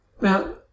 Now